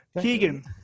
Keegan